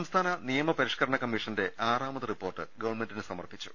സംസ്ഥാന നിയമപരിഷ്കരണ കമ്മീഷന്റെ ആറാമത് റിപ്പോർട്ട് ഗവൺമെന്റിന് സമർപ്പിച്ചു